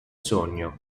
sogno